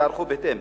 וייערכו בהתאם.